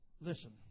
Listen